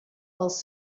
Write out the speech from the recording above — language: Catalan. pels